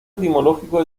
etimológico